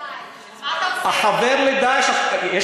ומי שחבר ל"דאעש", מה אתה עושה?